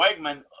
wegman